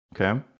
Okay